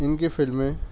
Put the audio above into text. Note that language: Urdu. ان کی فلمیں